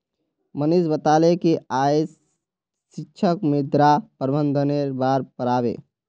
मनीष बताले कि आइज शिक्षक मृदा प्रबंधनेर बार पढ़ा बे